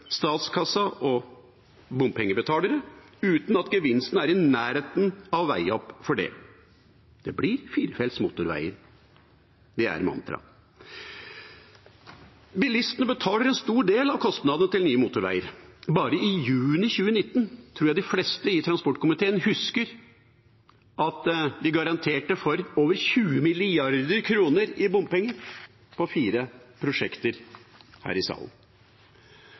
og bompengebetalere, uten at gevinsten er i nærheten av å veie opp for det. Det blir firefelts motorveier. Det er mantraet. Bilistene betaler en stor del av kostnadene til nye motorveier. Bare i juni 2019 tror jeg de fleste i transportkomiteen husker at de garanterte for over 20 mrd. kr i bompenger, på fire prosjekter, her i salen.